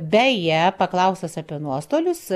beje paklaustas apie nuostolius